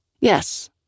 Yes